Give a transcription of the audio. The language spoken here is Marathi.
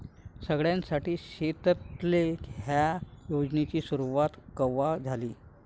सगळ्याइसाठी शेततळे ह्या योजनेची सुरुवात कवा झाली?